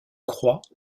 croix